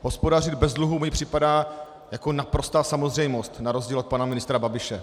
Hospodařit bez dluhů mi připadá jako naprostá samozřejmost na rozdíl pana ministra Babiše.